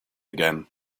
again